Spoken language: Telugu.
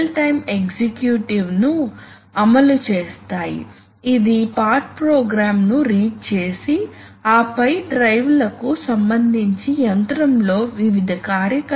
కాబట్టి అటువంటి అప్లికేషన్ లో కొన్నిసార్లు కంట్రోల్ లాజిక్ కాంప్లెక్సిటీ చాలా ఎక్కువగా లేకపోతే న్యూమాటిక్ లాజిక్ ను ఉపయోగించు కుంటారు